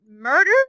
murder